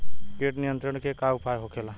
कीट नियंत्रण के का उपाय होखेला?